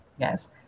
yes